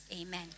Amen